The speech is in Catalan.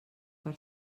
per